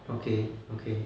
okay okay